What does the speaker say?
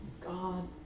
God